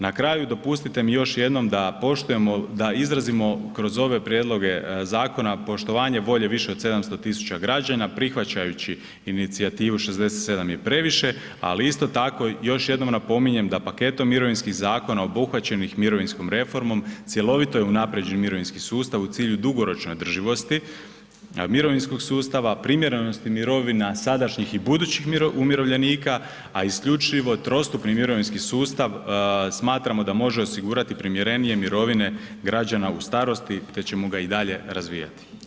Na kraju, dopustite mi još jednom da poštujemo, da izrazimo kroz ove prijedloge zakona poštovanje volje više od 700 000 građana prihvaćajući inicijativu 67 je previše, ali isto tako još jednom napominjem da paketom mirovinskih zakona obuhvaćenih mirovinskom reformom cjelovito je unaprijeđen mirovinski sustav u cilju dugoročne održivosti mirovinskog sustava, primjerenosti mirovina sadašnjih i budućih umirovljenika, a isključivo trostupni mirovinski sustav smatramo da može osigurati primjerenije mirovine građana u starosti, te ćemo ga i dalje razvijati.